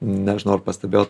nežinau ar pastebėjot